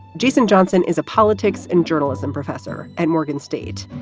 jason johnson is a politics and journalism professor at morgan state.